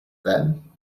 then